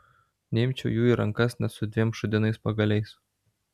neimčiau jų į rankas net su dviem šūdinais pagaliais